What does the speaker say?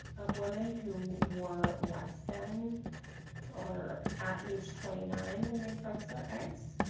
of women who were less than or at age twenty nine when they froze their eggs,